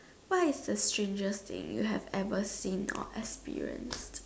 what is the strangest thing you have ever seen or experienced